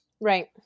Right